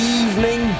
evening